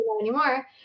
anymore